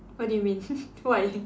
what do you mean why